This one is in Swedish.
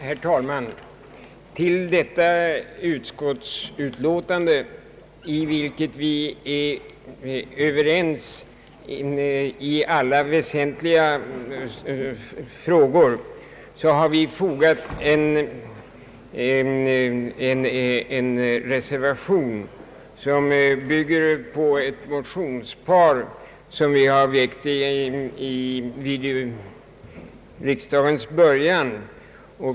Herr talman! Till detta utskottsutlåtande, beträffande vilket utskottets ledamöter är överens i alla väsentliga frågor, har vi från moderata samlingspartiet fogat en reservation som bygger på ett motionspar som vi väckte vid riksdagens början.